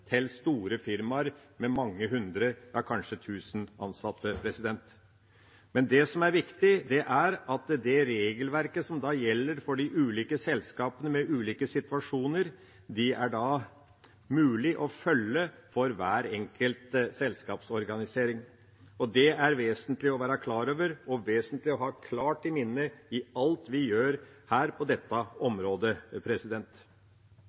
til store firmaer med mange hundre, ja, kanskje mange tusen, ansatte. Det som er viktig, er at det regelverket som gjelder for de ulike selskapene med ulike situasjoner, er mulig å følge for hver enkelt selskapsorganisering. Det er det vesentlig å være klar over og vesentlig å ha klart i minne i alt vi gjør på dette